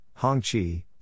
Hongqi